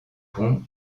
pont